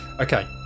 Okay